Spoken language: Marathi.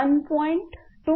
881